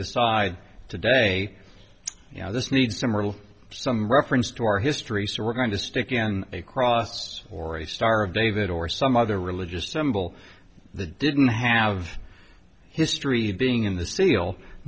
decide today you know this needs some real some reference to our history so we're going to stick in a cross or a star of david or some other religious symbol the didn't have history being in the seal i